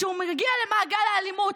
שהוא מגיע למעגל האלימות,